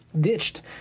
ditched